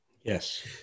Yes